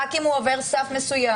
רק אם הוא עובר סף מסוים.